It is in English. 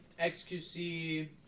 XQC